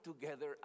together